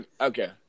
Okay